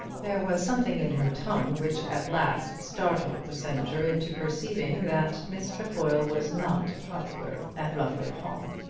there was something in her tone which at last startled the senator into perceiving that miss trefoil was not popular at rufford hall.